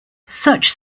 such